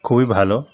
খুবই ভালো